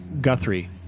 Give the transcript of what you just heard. Guthrie